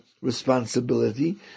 responsibility